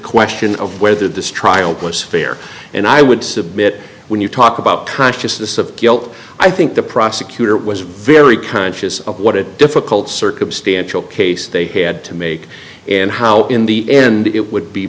question of whether this trial was fair and i would submit when you talk about consciousness of guilt i think the prosecutor was very conscious of what it difficult circumstantial case they had to make and how in the end it would be